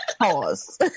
pause